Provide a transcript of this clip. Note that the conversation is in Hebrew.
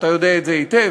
אתה יודע את זה היטב,